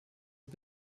und